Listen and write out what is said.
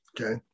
okay